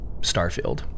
Starfield